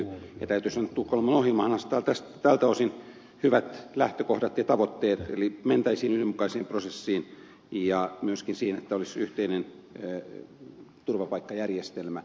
täytyy sanoa että tukholman ohjelmahan asettaa tältä osin hyvät lähtökohdat ja tavoitteet eli että mentäisiin yhdenmukaisiin prosesseihin ja myöskin siihen että olisi yhteinen turvapaikkajärjestelmä